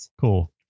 Cool